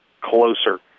closer